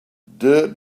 dirt